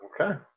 Okay